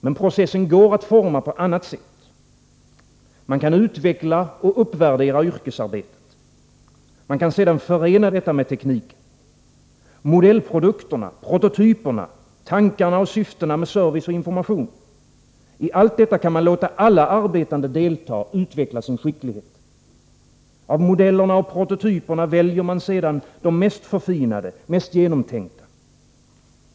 Men processen går att forma på ett annat sätt. Man kan utveckla och uppvärdera yrkesarbetet. Man kan sedan förena detta med tekniken. Modellprodukterna, prototyperna, tankarna och syftena med service och information — i allt detta kan man låta alla arbetande delta, utveckla sin skicklighet. Av modellerna och prototyperna väljer man sedan de mest förfinade, mest genomtänkta.